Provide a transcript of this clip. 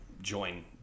join